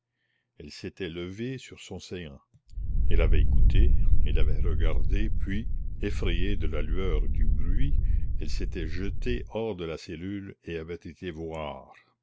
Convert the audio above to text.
elle s'était levée sur son séant elle avait écouté elle avait regardé puis effrayée de la lueur et du bruit elle s'était jetée hors de la cellule et avait été voir